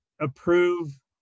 approve